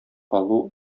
алу